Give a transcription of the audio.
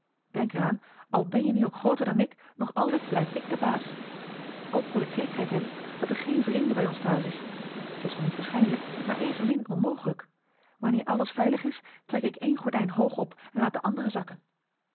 er aan al ben je nu ook grooter dan ik nog altijd blijf ik de baas ook moet ik zekerheid hebben dat er geen vreemde bij ons thuis is t is wel niet waarschijnlijk maar evenmin onmogelijk wanneer alles veilig is trek ik één gordijn hoog op en laat de andere zakken